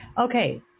Okay